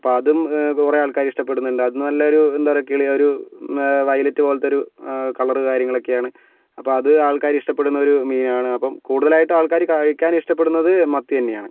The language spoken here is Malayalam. അപ്പം അതും കുറെ ആൾക്കാര് ഇഷ്ടപ്പെടുന്നുണ്ട് അത് നല്ലൊരു എന്താ പറയുക ഒരു വയലറ്റ് പോലത്തെ ഒരു കളറ് കാര്യങ്ങളൊക്കെയാണ് അപ്പോൾ അത് ആൾക്കാര് ഇഷ്ടപ്പെടുന്ന ഒരു മീനാണ് അപ്പം കൂടുതലായിട്ടും ആൾക്കാര് കഴിക്കാൻ ഇഷ്ടപ്പെടുന്നത് മത്തി തന്നെയാണ്